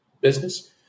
business